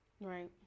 Right